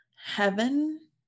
heaven